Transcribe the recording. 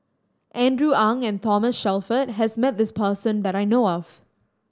Andrew Ang and Thomas Shelford has met this person that I know of